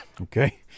okay